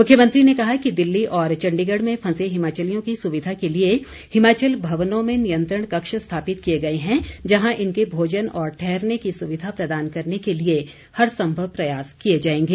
मुख्यमंत्री ने कहा कि दिल्ली और चण्डीगढ़ में फंसे हिमाचलियों की सुविधा के लिए हिमाचल भवनों में नियंत्रण कक्ष स्थापित किए गए हैं जहां इनके भोजन और ठहरने की सुविधा प्रदान करने के लिए हर संभव प्रयास किए जाएंगे